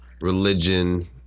religion